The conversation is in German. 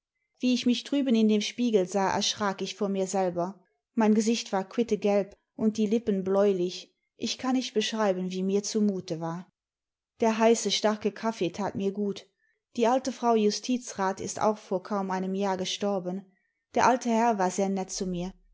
wie ich mich drüben in dem spiegel sah erschrak ich vor mir selber mein gesicht war quittegelb und die lippen bläulich ich kami nicht beschreiben wie mir zumute war der heiße starke kaffee tat mir gut die alte frau justizrat ist auch vor kaum einem jahre gestorben der alte herr war sehr nett zu mir